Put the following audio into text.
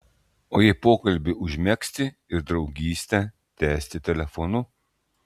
o jei pokalbį užmegzti ir draugystę tęsti telefonu